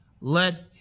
let